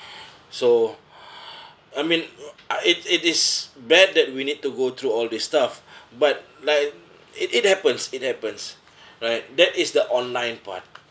so I mean it it is bad that we need to go through all this stuff but like it it happens it happens right that is the online part